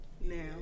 Now